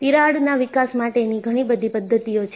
તિરાડના વિકાસ માટેની ઘણીબધી પદ્ધતિઓ છે